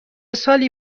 سالی